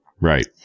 Right